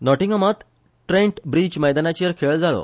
नॉटिंगमात Trent Bridge मैदानाचेर खेळ जालो